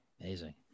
Amazing